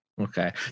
Okay